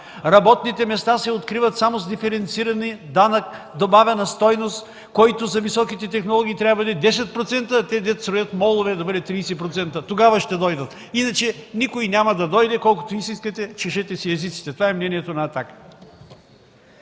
Работните места се откриват само с диференциран данък добавена стойност, който за високите технологии трябва да бъде 10%, а за тези, които строят молове, да бъде 30%. Тогава ще дойдат. Иначе никой няма да дойде, колкото искате, чешете си езиците – това е мнението на